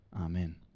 Amen